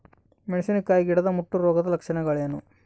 ಮೆಣಸಿನಕಾಯಿ ಗಿಡದ ಮುಟ್ಟು ರೋಗದ ಲಕ್ಷಣಗಳೇನು?